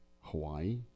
hawaii